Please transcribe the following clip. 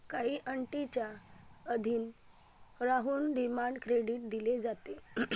काही अटींच्या अधीन राहून डिमांड क्रेडिट दिले जाते